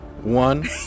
one